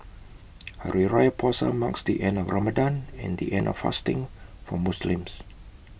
Hari Raya Puasa marks the end of Ramadan and the end of fasting for Muslims